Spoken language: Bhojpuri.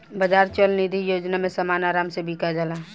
बाजार चल निधी योजना में समान आराम से बिका जाला